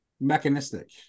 mechanistic